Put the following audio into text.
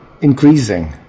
increasing